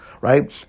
right